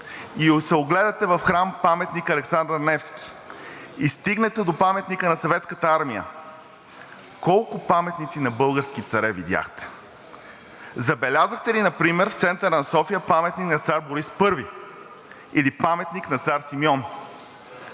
и се огледате в храм-паметника „Александър Невски“, и стигнете до Паметника на Съветската армия, колко паметници на български царе видяхте? Забелязахте ли например в центъра на София паметник на Цар Борис I или паметник на Цар Симеон